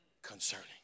concerning